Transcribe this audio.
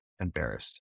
embarrassed